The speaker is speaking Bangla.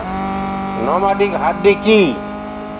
নমাডিক হার্ডি কি?